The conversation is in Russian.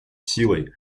силой